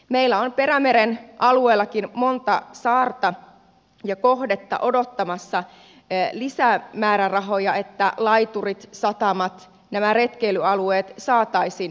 meillä on perämeren alueellakin monta saarta ja kohdetta odottamassa lisämäärärahoja että laiturit satamat nämä retkeilyalueet saataisiin peruskorjattua